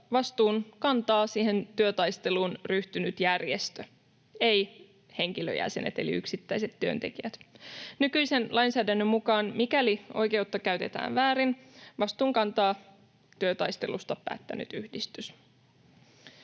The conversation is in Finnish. vastuun kantaa siihen työtaisteluun ryhtynyt järjestö, eivät henkilöjäsenet eli yksittäiset työntekijät. Nykyisen lainsäädännön mukaan, mikäli oikeutta käytetään väärin, vastuun kantaa työtaistelusta päättänyt yhdistys.